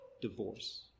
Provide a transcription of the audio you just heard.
divorce